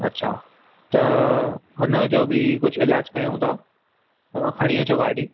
अच्छा त हुन जो बि कुझु इलाजु कयूं था तव्हां खणी अचो गाॾी